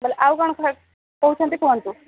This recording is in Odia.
ବୋଇଲେ ଆଉ କ'ଣ କହୁଛନ୍ତି କୁହନ୍ତୁ